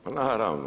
Pa naravno!